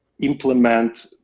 implement